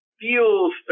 feels